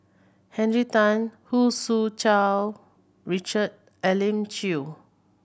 Henry Tan Hu Su Richard Elim Chew